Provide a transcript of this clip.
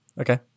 okay